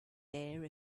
there